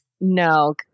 No